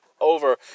over